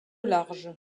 large